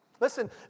Listen